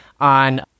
on